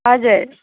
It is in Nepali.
हजर